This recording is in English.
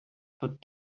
put